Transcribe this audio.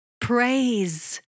praise